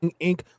Inc